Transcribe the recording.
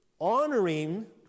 honoring